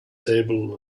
table